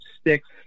sticks